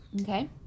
okay